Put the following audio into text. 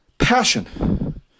passion